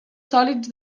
sòlids